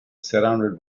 surrounded